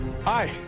Hi